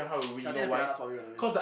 ya I think the piranhas probably gonna win